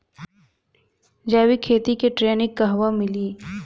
जैविक खेती के ट्रेनिग कहवा मिली?